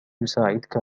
يساعدك